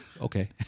Okay